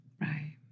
Right